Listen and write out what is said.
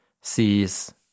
sees